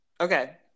Okay